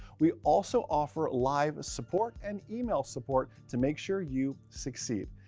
we also offer live support and email support to make sure you succeed.